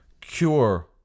cure